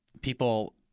people